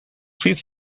please